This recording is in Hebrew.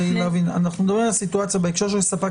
אנחנו מדברים על סיטואציה בהקשר של ספק